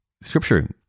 Scripture